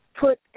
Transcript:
put